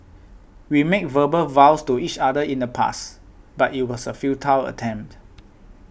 we made verbal vows to each other in the past but it was a futile attempt